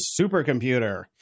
supercomputer